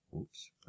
oops